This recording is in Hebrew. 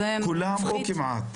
כולם או כמעט?